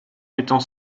étant